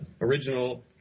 original